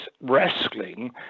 wrestling